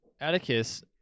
Atticus